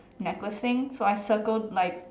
necklace thing so I circled like